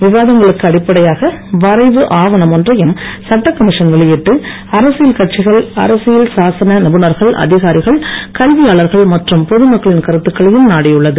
விவாதங்களுக்கு அடிப்படையாக வரைவு ஆவணம் ஒன்றையும் சட்டகமிஷன் வெளியிட்டு அரசியல் கட்சிகள் அரசியல் சாசன நபுணர்கள் அதிகாரிகள் கல்வியாளர்கள் மற்றும் பொதுமக்களின் கருத்துக்களையும் நாடியுள்ளது